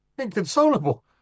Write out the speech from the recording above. inconsolable